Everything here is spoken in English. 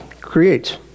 creates